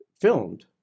filmed